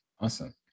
Awesome